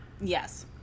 Yes